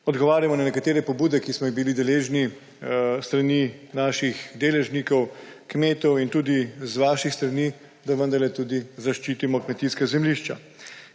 odgovarjamo na nekatere pobude, ki smo jih bili deležni s strani naših deležnikov, kmetov, in tudi z vaših strani, da vendarle tudi zaščitimo kmetijska zemljišča.